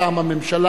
בקצרה,